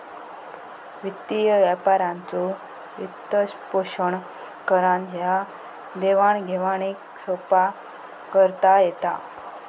वित्तीय व्यापाराचो वित्तपोषण करान ह्या देवाण घेवाणीक सोप्पा करता येता